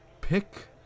Pick